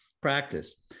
practice